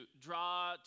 draw